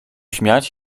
śmiać